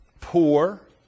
poor